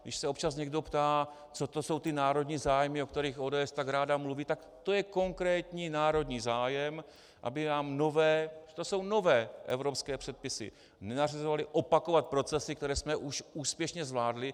Když se občas někdo ptá, co to jsou ty národní zájmy, o kterých ODS tak ráda mluví, tak to je konkrétní národní zájem, aby nám nové, to jsou nové evropské předpisy, nenařizovaly opakovat procesy, které jsme už úspěšně zvládli.